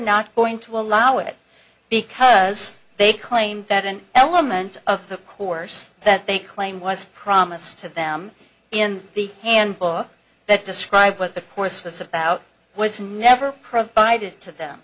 not going to allow it because they claimed that an element of the course that they claim was promised to them in the handbook that describe what the course was about was never provided to them